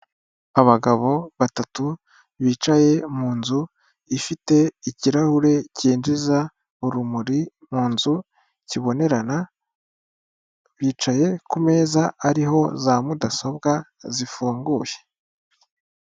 Abagabo batatu bicaye mu nzu ifite ikirahure cyinjiza urumuri mu nzu kibonerana, bicaye ku meza ariho za mudasobwa zifunguye.